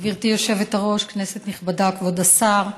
גברתי היושבת-ראש, כנסת נכבדה, כבוד השר,